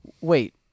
wait